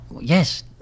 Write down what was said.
yes